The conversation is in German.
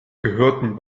gehörten